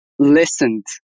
listened